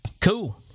cool